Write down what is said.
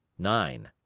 nine.